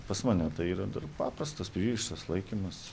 pas mane tai yra dar paprastas pririštas laikymas